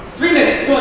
three minutes,